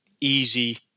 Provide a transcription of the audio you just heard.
easy